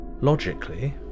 Logically